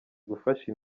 gufasha